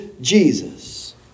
Jesus